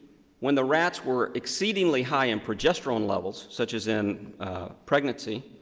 when the rats were exceedingly high in progesterone levels, such as in pregnancy,